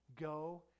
go